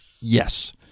Yes